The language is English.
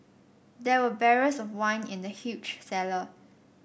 there were barrels of wine in the huge cellar